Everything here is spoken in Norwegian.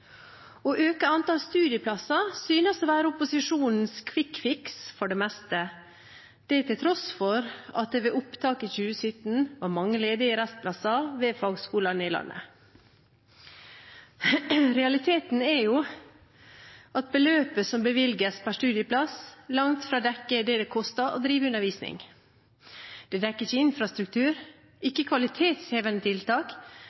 Å øke antallet studieplasser synes å være opposisjonens kvikkfiks for det meste, det til tross for at det ved opptaket i 2017 var mange ledige restplasser ved fagskolene i landet. Realiteten er at beløpet som bevilges per studieplass, langt fra dekker det det koster å drive undervisning. Det dekker ikke infrastruktur, ikke kvalitetshevende tiltak,